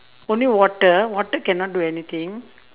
only water water cannot do anything